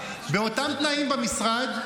באותם תנאים במשרד,